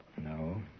No